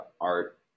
art